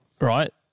Right